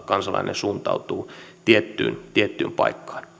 kansalainen suuntautuu tiettyyn tiettyyn paikkaan